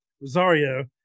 Rosario